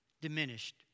diminished